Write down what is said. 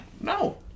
No